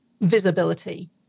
visibility